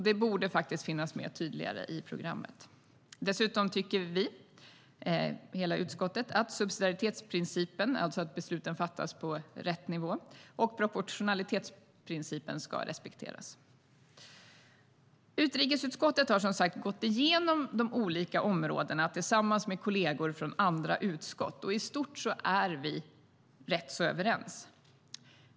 Det borde faktiskt vara tydligare i programmet. Utrikesutskottet har, som sagt, gått igenom de olika områdena tillsammans med kolleger från andra utskott. I stort är vi överens.